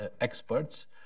experts